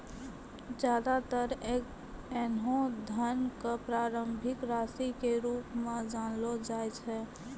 ज्यादातर ऐन्हों धन क प्रारंभिक राशि के रूप म जानलो जाय छै